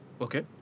Okay